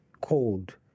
cold